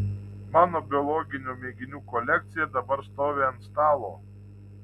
mano biologinių mėginių kolekcija dabar stovi ant stalo